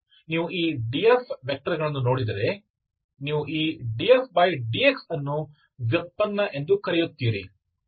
ಆದ್ದರಿಂದ ನೀವು ಈ dFವೆಕ್ಟರ್ಗಳನ್ನು ನೋಡಿದರೆ ನೀವು ಈ dFdx ಅನ್ನು ವ್ಯುತ್ಪನ್ನ ಎಂದು ಕರೆಯುತ್ತೀರಿ